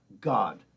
God